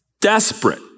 desperate